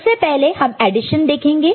सबसे पहले हम एडिशन देखेंगे